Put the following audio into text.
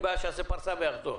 אין לי בעיה שיעשה פרסה ויחזור.